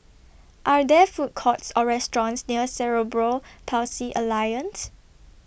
Are There Food Courts Or restaurants near Cerebral Palsy Alliance